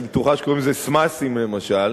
שבטוחה שקוראים לזה סְמָסים למשל,